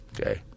Okay